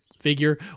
figure